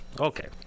Okay